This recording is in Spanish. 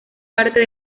parte